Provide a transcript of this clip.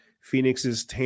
Phoenix's